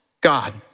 God